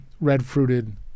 red-fruited